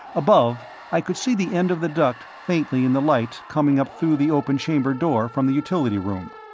above i could see the end of the duct faintly in the light coming up through the open chamber door from the utility room.